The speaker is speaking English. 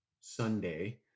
sunday